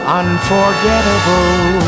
unforgettable